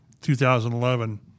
2011